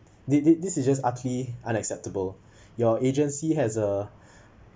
this this is just utterly unacceptable your agency has a